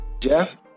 Jeff